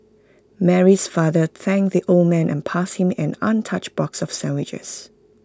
Mary's father thanked the old man and passed him an untouched box of sandwiches